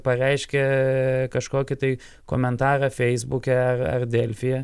pareiškia kažkokį tai komentarą feisbuke ar delfi